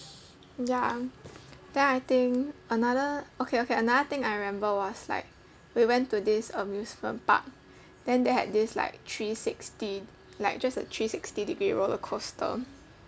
ya then I think another okay okay another thing I remember was like we went to this amusement park then they had this like three sixty like just a three sixty degree roller coaster